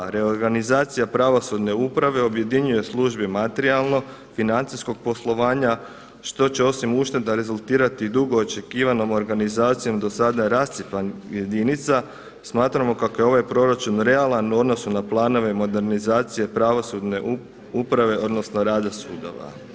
Dva, reorganizacija pravosudne uprave objedinjuje službe Materijalno-financijskog poslovanja što će osim ušteda rezultirati i dugo očekivanom organizacijom do sada rascijepanih jedinica, smatramo kako je ovaj proračun realan u odnosu na planove modernizacije pravosudne uprave odnosno rada sudova.